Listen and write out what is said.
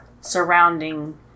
surrounding